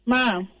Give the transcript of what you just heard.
Mom